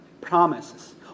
promises